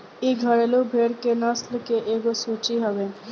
इ घरेलु भेड़ के नस्ल के एगो सूची हवे